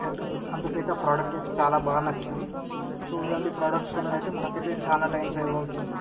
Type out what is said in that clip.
and అందుకు అయితే ఆ ప్రోడక్ట్ అయితే చాలా బాగా నచ్చింది సో ఇలాంటి ప్రొడక్ట్స్ వలన అయితే మనకి అయితే చాలా టైమ్ సేవ్ అవుతుంది